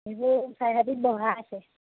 সেইবোৰ চাৰি হাতীত বহা আছে